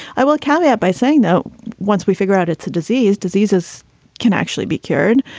i will caveat by saying, though once we figure out it's a disease, diseases can actually be cured.